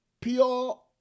pure